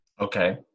Okay